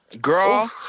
girl